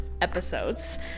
episodes